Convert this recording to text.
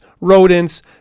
rodents